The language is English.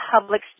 public